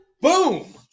Boom